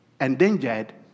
endangered